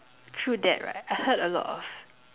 through that right I heard a lot of